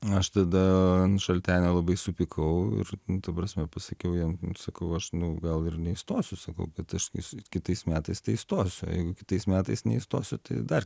aš tada ant šaltenio labai supykau ir ta prasme pasakiau jam sakau aš nu gal ir neįstosiu sakau bet aš kitais metais tai įstosiu kitais metais neįstosiu tai dar